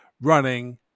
running